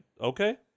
Okay